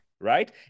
right